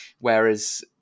whereas